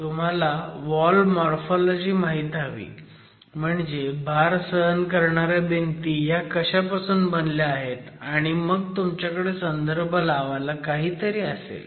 तुम्हाला wall morphology माहीत हवी म्हणजे भार सहन करणाऱ्या भिंती ह्या कशापासून बनल्या आहेत आणि मग तुमच्याकडे संदर्भ लावायला काहीतरी असेल